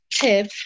tip